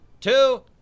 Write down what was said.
two